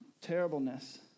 terribleness